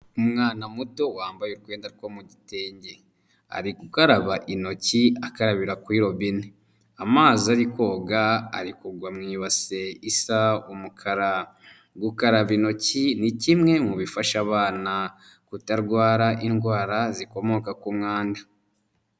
Umwana muto wambaye urwenda two mutenge ari gukaraba intoki akayabira kuri robine amazi ari koga ari kugwa mu ibasi isa umukara gukaraba intoki ni kimwe mu bifasha abana kutarwara indwara zikomoka ku mwanda.